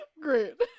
Great